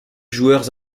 joueurs